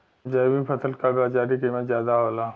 जैविक फसल क बाजारी कीमत ज्यादा होला